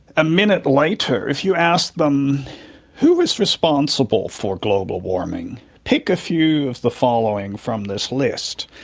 a minute later if you ask them who was responsible for global warming, pick a few of the following from this list,